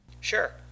Sure